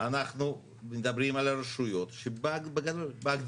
אנחנו מדברים על הרשויות שבהגדרה